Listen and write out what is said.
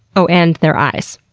oh, and their eyes,